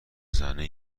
زنه